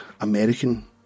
American